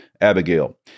Abigail